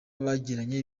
bagiranye